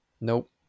Nope